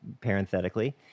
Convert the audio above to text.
parenthetically